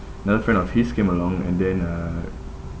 another friend of his came along and then uh